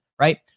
right